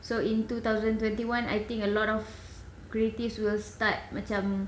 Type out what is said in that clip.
so in two thousand twenty one I think a lot of creatives will start macam